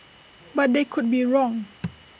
but they could be wrong